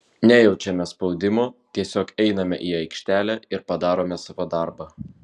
nejaučiame spaudimo tiesiog einame į aikštelę ir padarome savo darbą